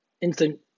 instant